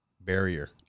barrier